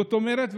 זאת אומרת,